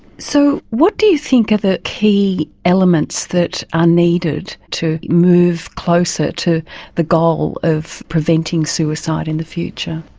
so what do you think are the key elements that are needed to move closer to the goal of preventing suicide in the future?